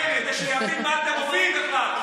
צריך 100,000 שקל, כדי שיבין מה אתם אומרים בכלל.